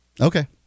Okay